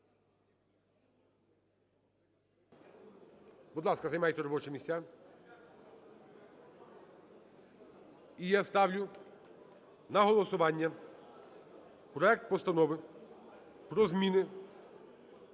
Будь ласка, займайте робочі місця. І я ставлю на голосування проект Постанови про зміни